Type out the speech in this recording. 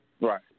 Right